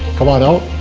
come on out,